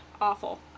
Awful